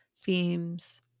themes